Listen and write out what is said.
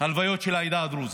הלוויות של העדה הדרוזית,